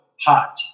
hot